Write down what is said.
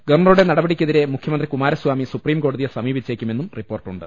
ഗവർണറുടെ നടപടിക്കെതിരെ മുഖൃമന്ത്രി കുമാ രസ്വാമി സുപ്രീംകോടതിയെ സമീപിച്ചേക്കുമെന്നും റിപ്പോർട്ടുണ്ട്